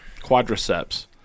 quadriceps